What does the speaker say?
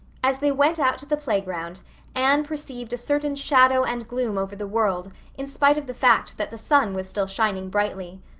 as they went out to the playground anne perceived a certain shadow and gloom over the world in spite of the fact that the sun was still shining brightly.